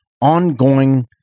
ongoing